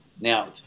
now